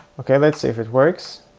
ok, let's see if it works.